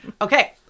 Okay